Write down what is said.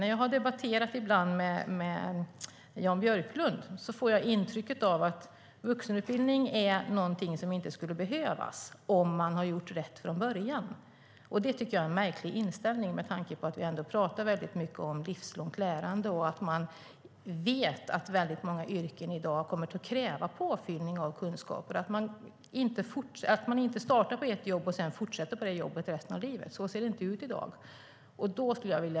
När jag har debatterat med Jan Björklund har jag ibland fått intrycket att vuxenutbildning är någonting som inte skulle behövas om man gör rätt från början. Det tycker jag är en märklig inställning med tanke på att vi pratar mycket om livslångt lärande och att vi vet att många yrken kommer att kräva påfyllning av kunskap. Man startar inte på ett jobb och fortsätter på det jobbet resten av livet. Så ser det inte ut i dag.